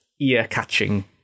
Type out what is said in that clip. ear-catching